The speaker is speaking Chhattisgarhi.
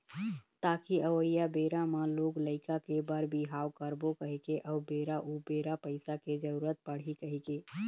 ताकि अवइया बेरा म लोग लइका के बर बिहाव करबो कहिके अउ बेरा उबेरा पइसा के जरुरत पड़ही कहिके